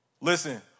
Listen